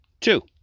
Two